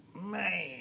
man